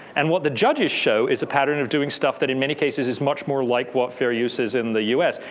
and what the judges show is a pattern of doing stuff that, in many cases, is much more like welfare uses in the us,